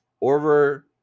over